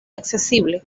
accesible